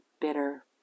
bitter